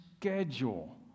schedule